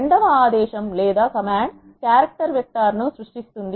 రెండవ ఆదేశం character vector ను సృష్టిస్తుంది